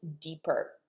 deeper